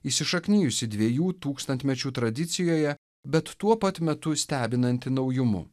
įsišaknijusi dviejų tūkstantmečių tradicijoje bet tuo pat metu stebinanti naujumu